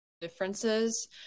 differences